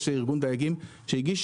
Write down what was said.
ארגון דייגים שהגיש